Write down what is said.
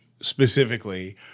specifically